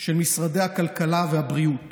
של משרדי הכלכלה והבריאות